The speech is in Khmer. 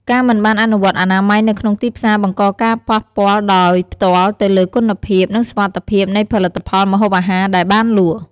ការមិនបានអនុវត្តអនាម័យនៅក្នុងទីផ្សារបង្កការប៉ះពាល់ដោយផ្ទាល់ទៅលើគុណភាព និងសុវត្ថិភាពនៃផលិតផលម្ហូបអាហារដែលបានលក់។